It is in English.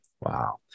Wow